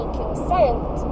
consent